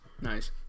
Nice